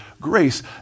grace